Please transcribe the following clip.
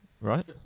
right